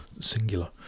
singular